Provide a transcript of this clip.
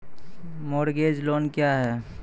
Mortgage loan क्या है?